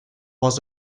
was